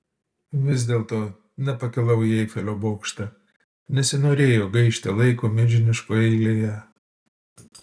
vis dėlto nepakilau į eifelio bokštą nesinorėjo gaišti laiko milžiniškoje eilėje